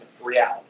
reality